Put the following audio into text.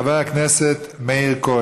נגד, אפס.